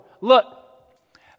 Look